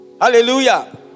Hallelujah